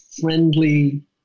friendly